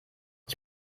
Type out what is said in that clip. ich